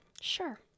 sure